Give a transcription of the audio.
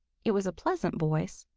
it was a pleasant voice,